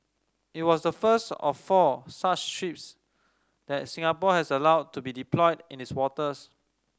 it was the first of four such ships that Singapore has allowed to be deployed in its waters